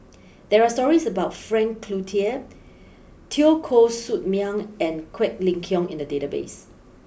there are stories about Frank Cloutier Teo Koh Sock Miang and Quek Ling Kiong in the database